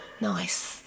nice